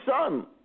son